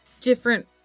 different